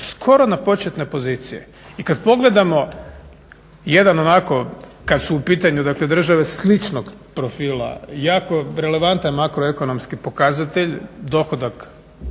skoro na početne pozicije. I kada pogledamo jedan onako kada su u pitanju države sličnog profila, jako relevantan makroekonomski pokazatelj, dohodak